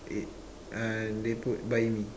it uh they put buy me